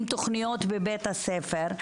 עם תוכניות בבית הספר,